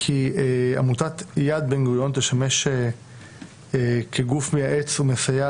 כי עמותת יד בן-גוריון תשמש כגוף מייעץ ומסייע